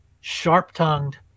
sharp-tongued